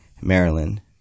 maryland